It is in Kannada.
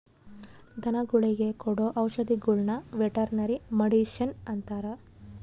ಧನಗುಳಿಗೆ ಕೊಡೊ ಔಷದಿಗುಳ್ನ ವೆರ್ಟನರಿ ಮಡಿಷನ್ ಅಂತಾರ